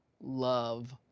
love